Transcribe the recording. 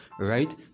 Right